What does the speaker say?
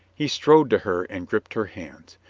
he strode to her and gripped her hands.